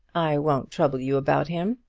i won't trouble you about him.